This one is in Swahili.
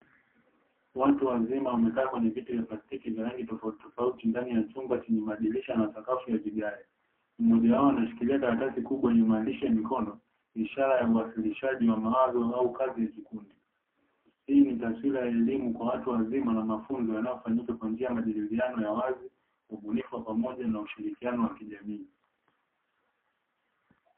Watu wazima wamekaa kwenye viti vya plastiki vya rangi tofautitofauti ndani ya chumba chenye madirisha na sakafu ya vigae. Mmojawao anashikiria karatasi kubwa yenye maandishi ya mikono, ishara ya uwasilishaji wa mawazo au kazi ya kikundi. Hii ni taswira ya elimu kwa watu wazima na mafunzo yanayofanyika kwa njia ya majadiliano ya wazi, ubunifu wa pamoja na ushirikiano wa kijamii.